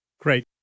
Great